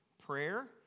prayer